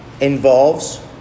involves